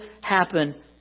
happen